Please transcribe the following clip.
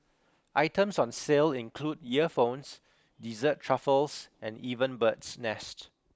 items on sale include earphones dessert truffles and even bird's nest